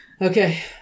Okay